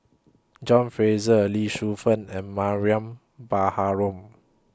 John Fraser Lee Shu Fen and Mariam Baharom